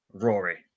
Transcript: rory